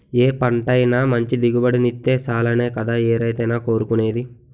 ఏ పంటైనా మంచి దిగుబడినిత్తే సాలనే కదా ఏ రైతైనా కోరుకునేది?